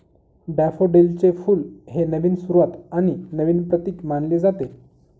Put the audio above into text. डॅफोडिलचे फुल हे नवीन सुरुवात आणि नवीन प्रतीक मानले जाते